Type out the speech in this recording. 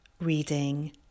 reading